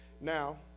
Now